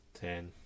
Ten